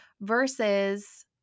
versus